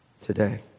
today